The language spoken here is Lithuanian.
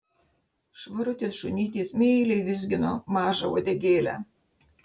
švarutis šunytis meiliai vizgino mažą uodegėlę